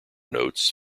notes